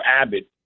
Abbott